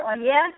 yes